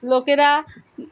লোকেরা